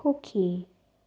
সুখী